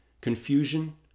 confusion